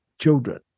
children